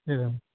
एवं